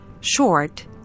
short